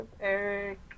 Eric